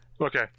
Okay